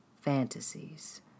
fantasies